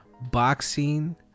boxing